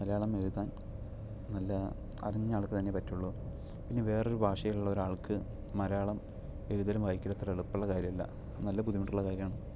മലയാളം എഴുതാൻ നല്ല അറിഞ്ഞാൾക്കു തന്നെയേ പറ്റുള്ളൂ പിന്നെ വേറൊരു ഭാഷയിലുള്ള ഒരാൾക്ക് മലയാളം എഴുതലും വായിക്കലും അത്ര എളുപ്പമുള്ള കാര്യമല്ല നല്ല ബുദ്ധിമുട്ടുള്ള കാര്യമാണ്